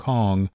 Kong